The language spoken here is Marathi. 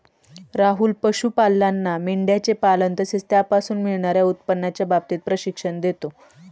राहुल पशुपालांना मेंढयांचे पालन तसेच त्यापासून मिळणार्या उत्पन्नाच्या बाबतीत प्रशिक्षण देतो